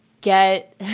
get –